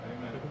Amen